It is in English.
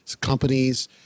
companies